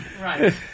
Right